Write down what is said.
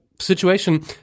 situation